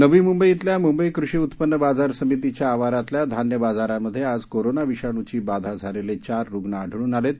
नवी मुंबई इथल्या मुंबई कृषी उत्पन्न बाजार समितीच्या आवारातल्या धान्य बाजारामध्ये आज कोरोना विषाणूची बाधा झालेले चार रूग्ण आढळून आलेत